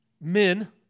men